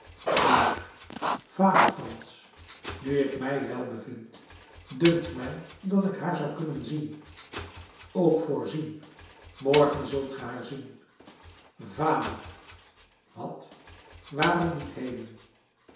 maar vader thans nu ik mij wel bevind dunkt mij dat ik haar zou kunnen zien ook voorzien morgen zult ge haar zien vader wat waarom niet heden